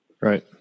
Right